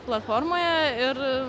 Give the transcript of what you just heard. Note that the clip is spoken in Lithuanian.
platformoje ir